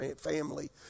family